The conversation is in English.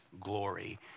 glory